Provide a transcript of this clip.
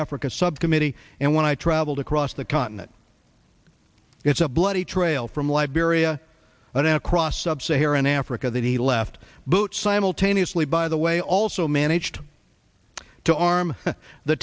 africa subcommittee and when i traveled across the continent it's a bloody trail from liberia but across sub saharan africa that he left but simultaneously by the way also managed to arm the